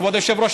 כבוד היושב-ראש,